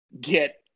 get